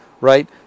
right